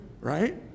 right